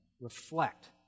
reflect